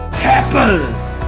peppers